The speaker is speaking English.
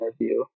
interview